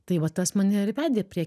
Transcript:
tai va tas mane ir vedė prie